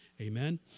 Amen